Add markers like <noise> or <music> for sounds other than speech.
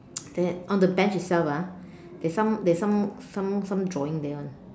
<noise> then on the bench itself ah there's some there's some some some drawing there [one]